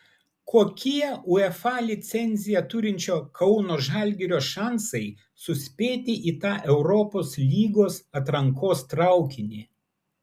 kokie uefa licenciją turinčio kauno žalgirio šansai suspėti į tą europos lygos atrankos traukinį